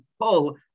pull